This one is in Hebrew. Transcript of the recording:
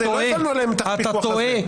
לא הטלנו עליהם את הפיקוח הזה.